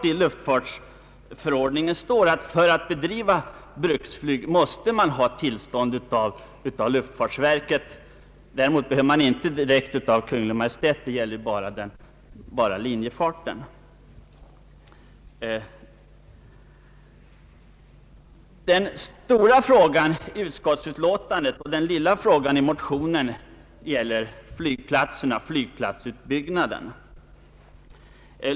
I luftfartsförordningen sägs dock klart att bruksflyg inte får drivas utan tillstånd av luftfartsverket. Något tillstånd av Kungl. Maj:t behövs dock inte. Sådant tillstånd erfordras endast beträffande linjeflyg. Den stora frågan i utskottsutlåtandet och den lilla frågan i motionen gäller flygplatserna och utbyggnaden av flygplatser.